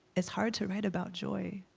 it's hard to write about joy.